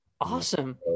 Awesome